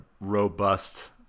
robust